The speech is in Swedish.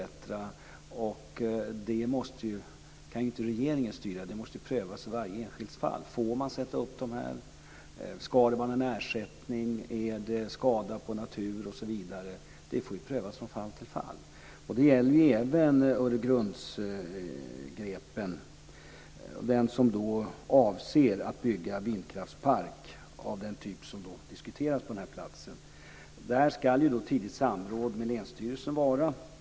Det kan inte regeringen styra, utan det måste prövas i varje enskilt fall om man får sätta upp de här, om man ska ha en ersättning, om det är en skada på natur osv. Det får prövas från fall till fall. Det gäller även Öregrundsgrepen, där man avser att bygga en vindkraftspark av den typ som diskuteras. Där ska tidigt samråd med länsstyrelsen vara.